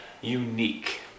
unique